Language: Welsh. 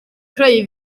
creu